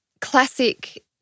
classic